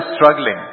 struggling